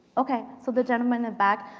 ok. so the gentlemen in back.